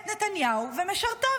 את נתניהו ומשרתיו.